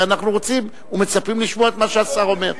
אנחנו רוצים ומצפים לשמוע את מה שהשר אומר.